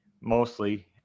mostly